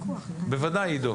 בוודאי, עדו.